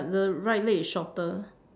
the right leg is shorter